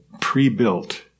pre-built